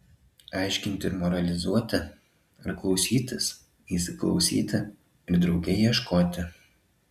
aiškinti ir moralizuoti ar klausytis įsiklausyti ir drauge ieškoti